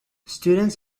students